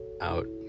out